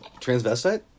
transvestite